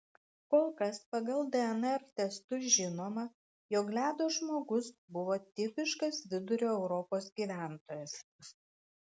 kol kas pagal dnr testus žinoma jog ledo žmogus buvo tipiškas vidurio europos gyventojas